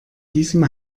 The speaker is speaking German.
diesem